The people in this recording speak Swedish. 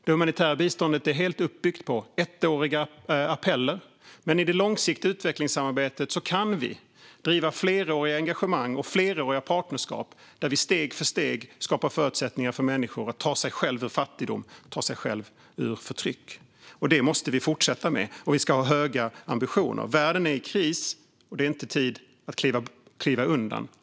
Det humanitära biståndet är helt uppbyggt på ettåriga appeller, men i det långsiktiga utvecklingssamarbetet kan vi driva fleråriga engagemang och fleråriga partnerskap där vi steg för steg skapar förutsättningar för människor att ta sig själva ur fattigdom och förtryck. Det måste vi fortsätta med, och vi ska ha höga ambitioner. Världen är i kris, och det är inte tid att backa undan.